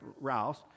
Rouse